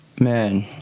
man